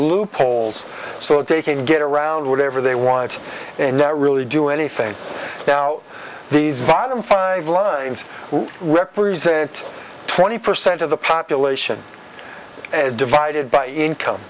loopholes so they can get around whatever they want and that really do anything now these bottom five lines represent twenty percent of the population is divided by income